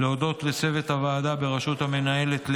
להודות לצוות הוועדה בראשות המנהלת,